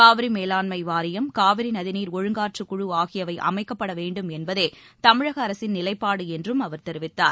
காவிரி மேலாண்மை வாரியம் காவிரி நதிநீர் ஒழுங்காற்றுக்குழு ஆகியவை அமைக்கப்பட வேண்டும் என்பதே தமிழக அரசின் நிலைப்பாடு என்றும் அவர் தெரிவித்தார்